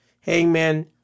Hangman